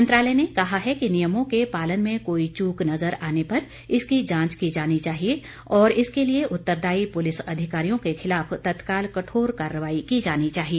मंत्रालय ने कहा है कि नियमों के पालन में कोई चूक नजर आने पर इसकी जांच की जानी चाहिए और इसके लिए उत्तरदायी पुलिस अधिकारियों के खिलाफ तत्काल कठोर कार्रवाई की जानी चाहिए